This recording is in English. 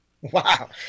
Wow